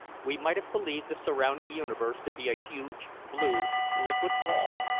we might have believed the surrounding universe to be a huge, blue, liquid ball,